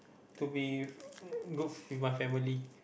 to be good with my family